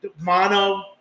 Mono